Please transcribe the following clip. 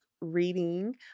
reading